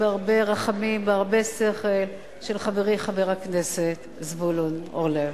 בהרבה רחמים והרבה שכל של חברי חבר הכנסת זבולון אורלב.